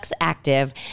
Active